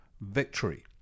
victory